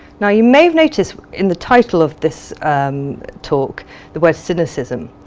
now you may have noticed in the title of this talk the word cynicism.